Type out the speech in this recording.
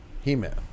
He-Man